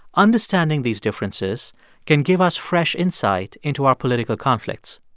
understanding these differences can give us fresh insight into our political conflicts.